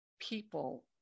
people